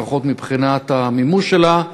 לפחות מבחינת המימוש שלה,